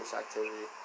activity